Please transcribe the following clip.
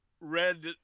red